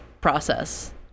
process